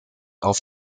auf